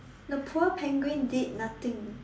the poor penguin did nothing